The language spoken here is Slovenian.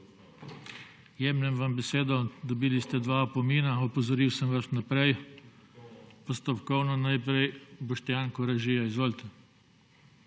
Jemljem vam besedo. Dobili ste dva opomina, opozoril sem vas naprej. Postopkovno najprej Boštjan Koražija. Izvolite.